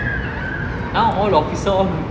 now all of the officer all